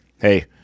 hey